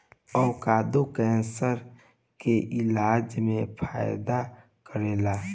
avocado cancer के इलाज में फायदा करेला